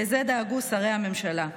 לזה דאגו שרי הממשלה,